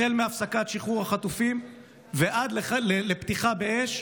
החל מהפסקת שחרור החטופים ועד לפתיחה באש,